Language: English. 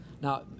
now